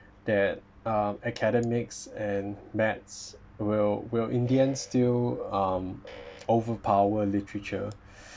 that um academics and maths will will in the end still um overpower literature